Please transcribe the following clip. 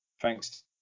thanks